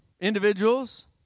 individuals